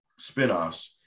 spinoffs